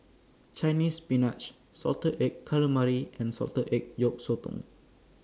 Chinese Spinach Salted Egg Calamari and Salted Egg Yolk Sotong